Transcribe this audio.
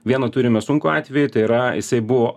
vieną turime sunkų atvejį tai yra jisai buvo